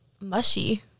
mushy